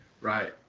Right